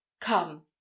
Come